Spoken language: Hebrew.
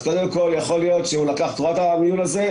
קודם כל, את רואה את המיול הזה?